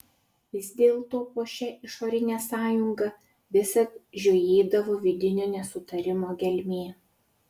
vis dėlto po šia išorine sąjunga visad žiojėdavo vidinio nesutarimo gelmė